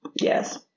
Yes